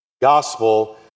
gospel